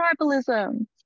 tribalism